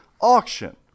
auction